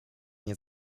nie